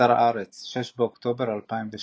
באתר הארץ, 6 באוקטובר 2017